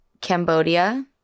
cambodia